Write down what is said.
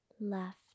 left